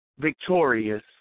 victorious